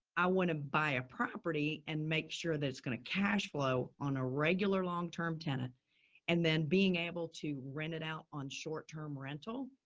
i want to buy a property and make sure that it's going to cashflow on a regular longterm tenant and then being able to rent it out on short term rental.